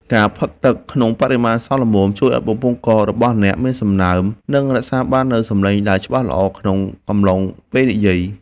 ការផឹកទឹកក្នុងបរិមាណសមល្មម ជួយឱ្យបំពង់ករបស់អ្នកមានសំណើម និងរក្សាបាននូវសំឡេងដែលច្បាស់ល្អក្នុងកំឡុងពេលនិយាយ។